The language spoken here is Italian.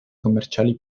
commerciali